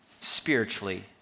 spiritually